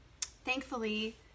Thankfully